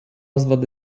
навчальної